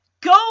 Go